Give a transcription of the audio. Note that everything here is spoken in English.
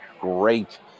great